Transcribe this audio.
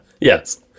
Yes